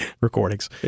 recordings